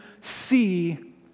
see